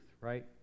Right